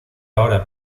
ahora